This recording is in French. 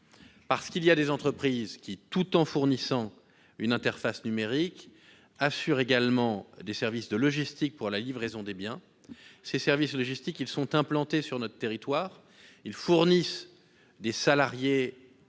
certaines entreprises, tout en fournissant une interface numérique, assurent également des services de logistique pour la livraison des biens. Ces services sont implantés sur notre territoire, fournissent des salariés,